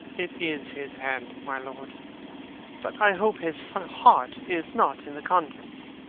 it is his hand, my lord but i hope his heart is not in the contents.